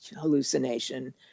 hallucination